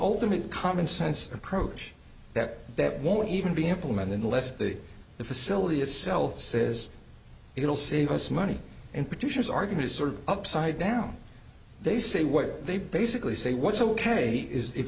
ultimate commonsense approach that that won't even be implemented unless the the facility itself says it will save us money and producers are going to sort of upside down they say what they basically say what's ok is if